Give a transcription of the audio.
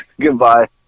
Goodbye